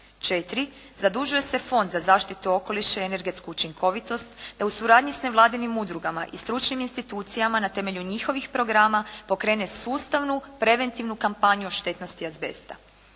4. Zadužuje se Fond za zaštitu okoliša i energetsku učinkovitost da u suradnji s nevladinim udrugama i stručnim institucijama na temelju njihovih programa pokrene sustavnu preventivnu kampanju o štetnosti azbesta.